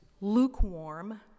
lukewarm